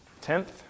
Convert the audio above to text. Tenth